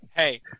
Hey